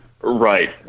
Right